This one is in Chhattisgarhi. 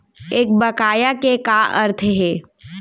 एक बकाया के का अर्थ हे?